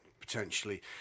potentially